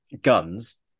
guns